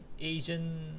Asian